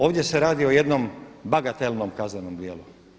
Ovdje se radi o jednom bagatelnom kaznenom djelu.